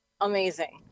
amazing